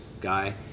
guy